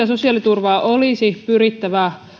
sosiaaliturvaa olisi pyrittävä